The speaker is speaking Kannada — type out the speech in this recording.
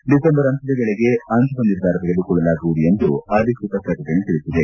ಡಿಸೆಂಬರ್ ಅಂತ್ಯದ ವೇಳೆಗೆ ಅಂತಿಮ ನಿರ್ಧಾರ ತೆಗೆದುಕೊಳ್ಳಲಾಗುವುದು ಎಂದು ಅಧಿಕೃತ ಪ್ರಕಟಣೆಯಲ್ಲಿ ತಿಳಿಸಲಾಗಿದೆ